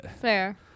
fair